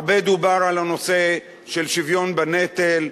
הרבה דובר על הנושא של שוויון בנטל,